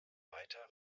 weiter